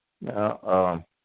Now